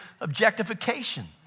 objectification